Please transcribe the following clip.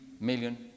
million